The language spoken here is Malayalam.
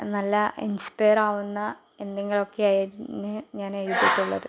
നല്ല ഇൻസ്പെയർ ആവുന്ന എന്തെങ്കിലുമൊക്കെ ആയിരുന്നു ഞാൻ എഴുതിയിട്ടുള്ളത്